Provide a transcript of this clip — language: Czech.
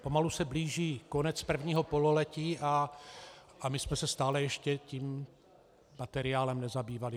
Pomalu se blíží konec prvního pololetí a my jsme se stále ještě tím materiálem nezabývali.